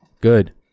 Good